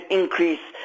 increase